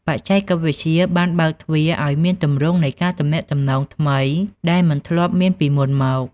បច្ចេកវិទ្យាបានបើកទ្វារឲ្យមានទម្រង់នៃការទំនាក់ទំនងថ្មីដែលមិនធ្លាប់មានពីមុនមក។